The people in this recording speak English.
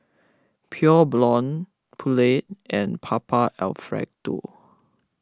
Pure Blonde Poulet and Papa Alfredo